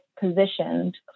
positioned